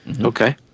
Okay